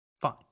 Fine